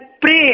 pray